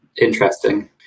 interesting